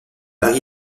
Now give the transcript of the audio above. paris